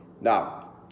Now